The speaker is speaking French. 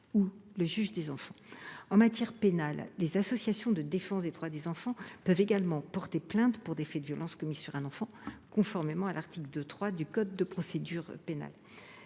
En matière pénale, les associations de défense des droits des enfants peuvent également porter plainte pour des faits de violences commis sur un enfant, conformément à l’article 2 3 du code de procédure pénale.